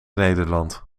nederland